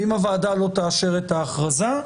ואם הוועדה לא תאשר את ההכרזה,